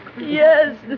yes